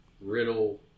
Riddle